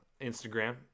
Instagram